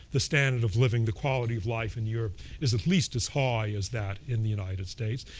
the standard of living, the quality of life in europe is at least as high as that in the united states.